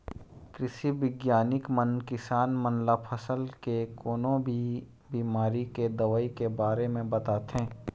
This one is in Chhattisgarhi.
कृषि बिग्यानिक मन किसान मन ल फसल के कोनो भी बिमारी के दवई के बारे म बताथे